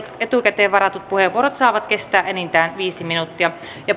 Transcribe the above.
etukäteen varatut puheenvuorot saavat kestää enintään viisi minuuttia